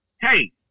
hey